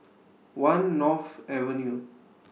one North Avenue